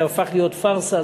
זה הפך להיות פארסה.